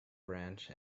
branch